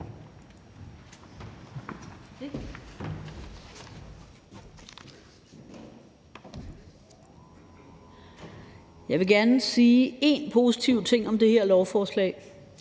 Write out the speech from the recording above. Jeg vil gerne sige én positiv ting om det her lovforslag.